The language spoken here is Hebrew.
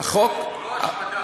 קורא לזה ביעור, לא השמדה.